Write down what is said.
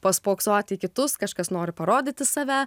paspoksoti į kitus kažkas nori parodyti save